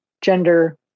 gender